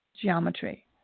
geometry